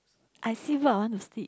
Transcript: I see book I want to sleep